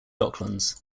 docklands